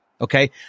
Okay